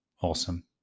Awesome